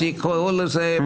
אז יקראו לזה משהו אחר.